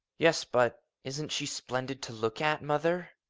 yes, but isn't she splendid to look at, mother?